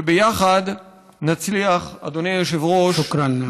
וביחד נצליח, אדוני היושב-ראש, שוכרן.